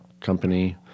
company